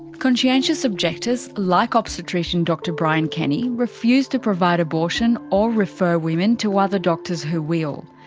conscientious objectors like obstetrician dr bryan kenny refuse to provide abortion or refer women to other doctors who will.